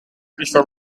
before